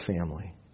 family